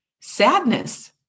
sadness